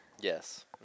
Yes